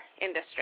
industry